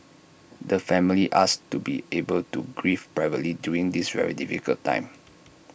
the family asks to be able to grieve privately during this very difficult time